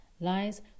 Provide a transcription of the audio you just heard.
lies